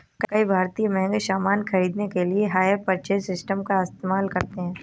कई भारतीय महंगे सामान खरीदने के लिए हायर परचेज सिस्टम का इस्तेमाल करते हैं